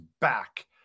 back